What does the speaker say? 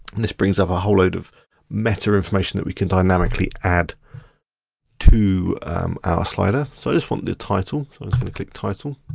and this brings up a whole load of meta information that we can dynamically add to our slider, so this one, the title. just gonna click title.